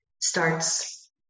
starts